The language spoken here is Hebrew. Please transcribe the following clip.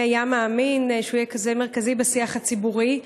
מי היה מאמין שהוא יהיה כזה מרכזי בשיח הציבורי?